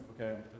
Okay